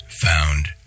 found